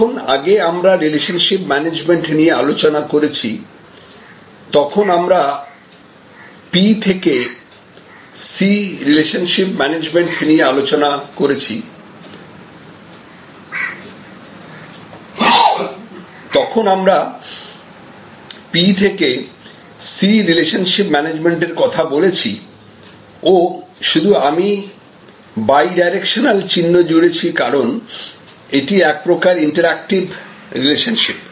যখন আগে আমরা রিলেশনশিপ ম্যানেজমেন্ট নিয়ে আলোচনা করেছি তখন আমরা P থেকে C রিলেশনশিপ ম্যানেজমেন্টের কথা বলেছি ও আমি শুধু বাই ডাইরেকশনাল চিহ্ন জুড়েছি কারণ এটা এক প্রকার ইন্টারেক্টিভ রিলেশনশিপ